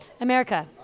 America